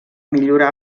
millorar